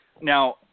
Now